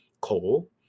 coal